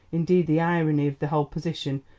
indeed the irony of the whole position,